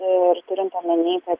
ir turint omeny kad